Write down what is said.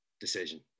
decision